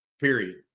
Period